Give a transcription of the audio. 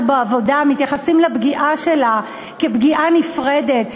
בעבודה מתייחסים לפגיעה שלה כפגיעה נפרדת,